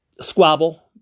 squabble